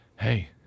hey